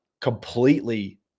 completely